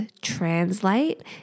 translate